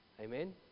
amen